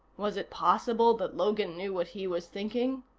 was it possible that logan knew what he was thinking?